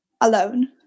alone